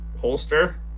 holster